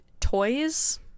toys